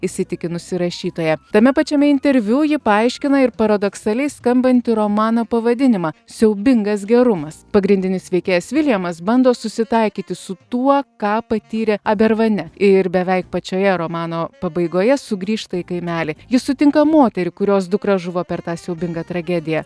įsitikinusi rašytoja tame pačiame interviu ji paaiškina ir paradoksaliai skambantį romano pavadinimą siaubingas gerumas pagrindinis veikėjas viljamas bando susitaikyti su tuo ką patyrė abervane ir beveik pačioje romano pabaigoje sugrįžta į kaimelį jis sutinka moterį kurios dukra žuvo per tą siaubingą tragediją